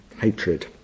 hatred